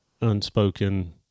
unspoken